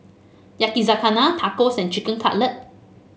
Yakizakana Tacos and Chicken Cutlet